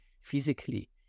physically